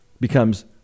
becomes